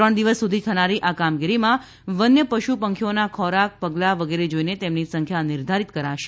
ત્રણ દિવસ સુધી થનારી આ કામગીરીમાં વન્ય પશુ પંખીઓના ખોરાક પગલાં વગેરે જોઈને તેમની સંખ્યા નિર્ધારિત કરાશે